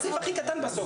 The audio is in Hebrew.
בסעיף הכי קטן בסוף.